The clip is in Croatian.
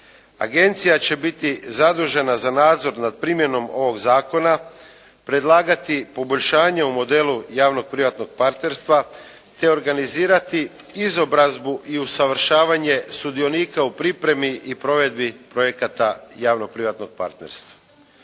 Agencija će biti zadužena za nadzor nad primjenom ovog zakona, predlagati poboljšanje u modelu javno-privatnog partnerstva te organizirati izobrazbu i usavršavanje sudionika u pripremi i provedbi projekata javno-privatnog partnerstva.